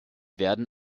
werden